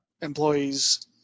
employees